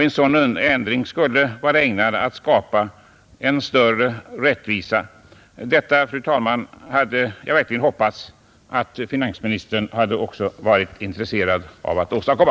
En sådan ändring skulle vara ägnad att skapa större rättvisa. Detta, fru talman, hade jag verkligen hoppats att finansministern också skulle ha varit intresserad av att åstadkomma.